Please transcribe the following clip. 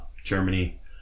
Germany